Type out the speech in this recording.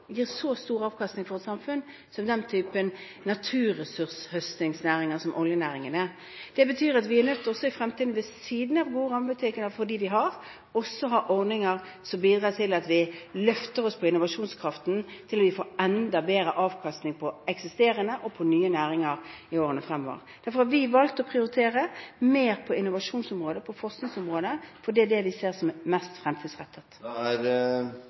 stor avkastning for et samfunn som den typen naturressurshøstingsnæring som oljenæringen er. Det betyr at vi er nødt til også i fremtiden å ha – ved siden av gode rammebetingelser for dem vi har – ordninger som bidrar til at vi løfter oss på innovasjonskraften, slik at vi får enda bedre avkastning på eksisterende og på nye næringer i årene fremover. Derfor har vi valgt å prioritere mer på innovasjonsområdet og på forskningsområdet. Det er det vi ser er mest fremtidsrettet.